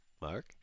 Mark